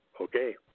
okay